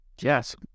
yes